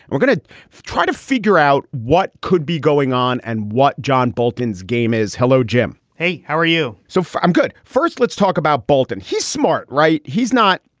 and we're to try to figure out what could be going on and what john bolton's game is. hello, jim. hey, how are you? so i'm good. first, let's talk about bolton. he's smart, right? he's not.